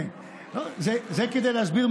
זה כדי להסביר.